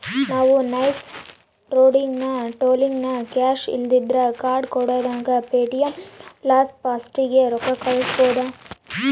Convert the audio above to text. ನಾವು ನೈಸ್ ರೋಡಿನಾಗ ಟೋಲ್ನಾಗ ಕ್ಯಾಶ್ ಇಲ್ಲಂದ್ರ ಕಾರ್ಡ್ ಕೊಡುದಂಗ ಪೇಟಿಎಂ ಲಾಸಿ ಫಾಸ್ಟಾಗ್ಗೆ ರೊಕ್ಕ ಕಳ್ಸ್ಬಹುದು